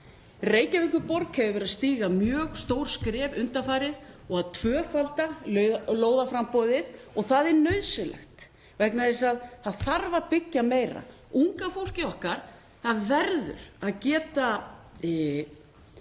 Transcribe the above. Reykjavíkurborg hefur verið að stíga mjög stór skref undanfarið og tvöfaldað lóðaframboðið og það er nauðsynlegt vegna þess að það þarf að byggja meira. Unga fólkið okkar verður að geta